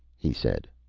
he said.